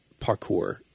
parkour